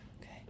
Okay